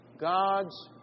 God's